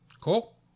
Cool